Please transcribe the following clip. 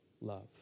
love